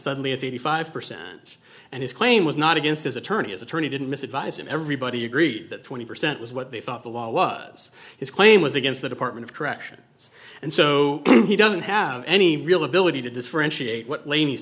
suddenly it's eighty five percent and his claim was not against his attorney as attorney didn't miss advise and everybody agreed that twenty percent was what they thought the law was his claim was against the department of corrections and so he doesn't have any real ability to differentiate what lane